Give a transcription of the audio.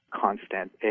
constant